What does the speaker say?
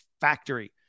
factory